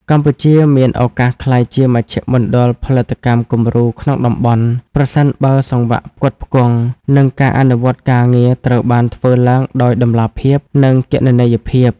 កម្ពុជាមានឱកាសក្លាយជាមជ្ឈមណ្ឌលផលិតកម្មគំរូក្នុងតំបន់ ប្រសិនបើសង្វាក់ផ្គត់ផ្គង់ និងការអនុវត្តការងារត្រូវបានធ្វើឡើងដោយតម្លាភាព និងគណនេយ្យភាព។